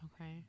Okay